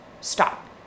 stop